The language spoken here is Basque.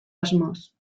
asmoz